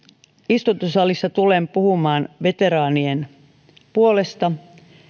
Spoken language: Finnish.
istuntosalissa tulen puhumaan veteraanien puolesta